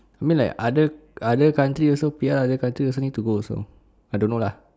I mean like other other country also P_R other country also need to go also I don't know lah